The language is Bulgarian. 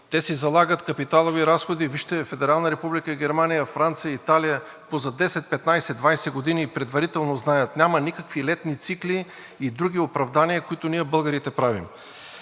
Те си залагат капиталови разходи – вижте Федерална република Германия, Франция, Италия, по за 10, 15, 20 години, и предварително знаят: няма никакви летни цикли и други оправдания, които ние българите правим.